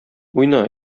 уйна